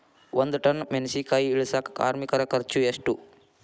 ಒಂದ್ ಟನ್ ಮೆಣಿಸಿನಕಾಯಿ ಇಳಸಾಕ್ ಕಾರ್ಮಿಕರ ಖರ್ಚು ಎಷ್ಟು?